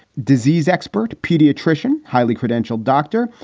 disease expert, pediatrician, highly credentialed doctor,